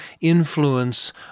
influence